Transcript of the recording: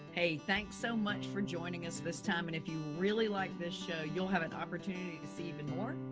hey, thanks so much for joining us this time, and if you really like this show, you will have an opportunity to see even more.